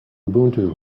ubuntu